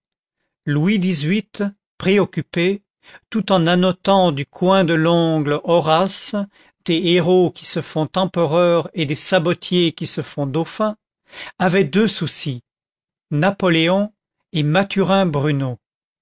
louis xviii préoccupé tout en annotant du coin de l'ongle horace des héros qui se font empereurs et des sabotiers qui se font dauphins avait deux soucis napoléon et mathurin bruneau